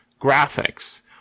graphics